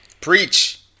Preach